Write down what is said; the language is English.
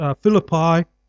Philippi